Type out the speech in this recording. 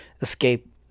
escape